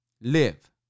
Live